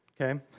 okay